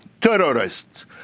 terrorists